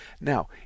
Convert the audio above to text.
Now